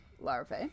larvae